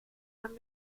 man